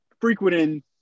frequenting